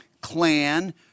clan